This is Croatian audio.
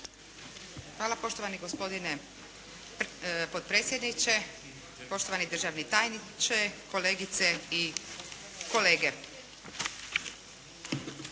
Hvala poštovani gospodine potpredsjedniče, poštovani državni tajniče, kolegice i kolege.